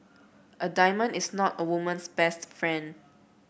a diamond is not a woman's best friend